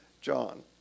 John